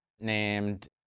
named